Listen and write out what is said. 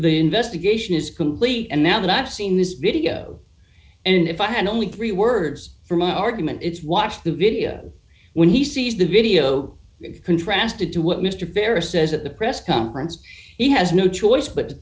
the investigation is complete and now that seen this video and if i had only three words for my argument it's watch the video when he sees the video contrasted to what mr verus says at the press conference he has no choice but to